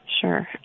Sure